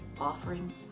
offering